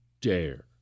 dare